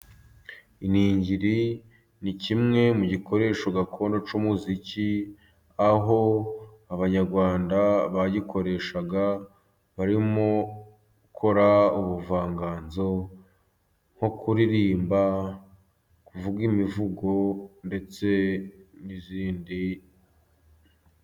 Iningiri ni kimwe mu gikoresho gakondo cy'umuziki, aho abanyarwanda bayikoreshaga barimo gukora ubuvanganzo nko kuririmba, kuvuga imivugo ndetse n'izindi.